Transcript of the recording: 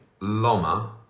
Loma